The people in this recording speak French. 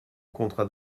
contrat